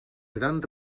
gran